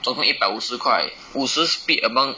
总共一百五十块五十 split among